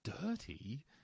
dirty